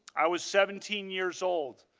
i was seventeen years old.